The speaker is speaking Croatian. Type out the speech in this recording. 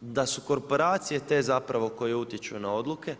da su korporacije te zapravo koje utječu na odluke.